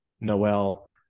Noel